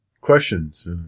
Questions